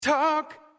Talk